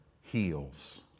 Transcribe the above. heals